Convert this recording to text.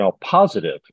positive